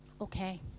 Okay